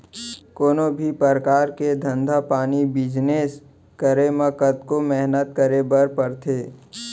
कोनों भी परकार के धंधा पानी बिजनेस करे म कतको मेहनत करे बर परथे